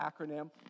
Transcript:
acronym